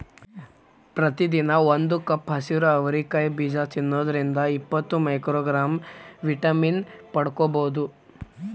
ಪ್ರತಿದಿನ ಒಂದು ಕಪ್ ಹಸಿರು ಅವರಿ ಕಾಯಿ ಬೇಜ ತಿನ್ನೋದ್ರಿಂದ ಇಪ್ಪತ್ತು ಮೈಕ್ರೋಗ್ರಾಂ ವಿಟಮಿನ್ ಪಡ್ಕೋಬೋದು